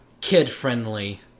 kid-friendly